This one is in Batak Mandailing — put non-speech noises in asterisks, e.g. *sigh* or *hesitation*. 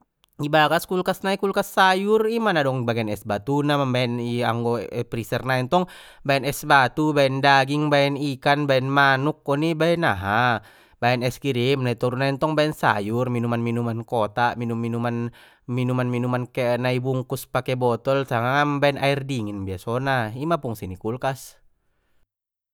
I bagas kulkas nai kulkas sayur ima nadong i bagen es batuna mambaen *unintelligible* anggo freezer nai ntong baen es batu baen daging baen ikan baen manuk oni baen aha baen es krim na toru nai ntong baen sayur minuman minuman kotak minum minuman-minuman minuman *hesitation* na i bungkus pake botol sanga mam baen air dingin biasona ima fungsi ni kulkas.